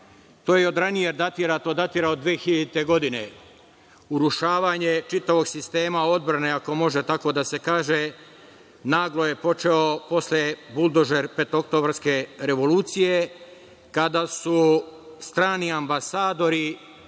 To od ranije datira, to datira od 2000. godine. Urušavanje čitavog sistema odbrane, ako može tako da se kaže, naglo je počeo posle „Buldožer, petooktobarske revolucije“, kada su strani ambasadori,